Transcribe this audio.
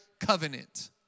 covenant